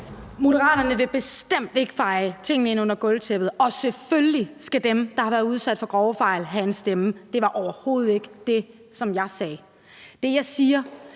Moderaterne vil bestemt ikke feje tingene ind under gulvtæppet. Og selvfølgelig skal dem, der har været udsat for grove fejl, have en stemme. Det var overhovedet ikke det, som jeg sagde. Det, jeg siger,